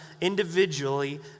individually